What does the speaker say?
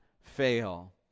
fail